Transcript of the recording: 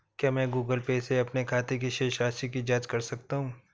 क्या मैं Google Pay से अपने खाते की शेष राशि की जाँच कर सकता हूँ?